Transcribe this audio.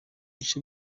bice